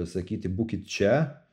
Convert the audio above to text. sakyti būkit čia